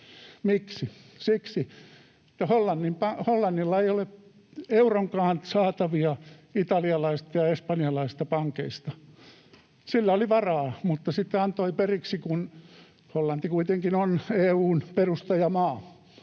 Miksi? Siksi, että Hollannilla ei ole euronkaan saatavia italialaisista ja espanjalaisista pankeista. Sillä oli varaa, mutta sitten se antoi periksi. Kun Hollanti kuitenkin on EU:n perustajamaa,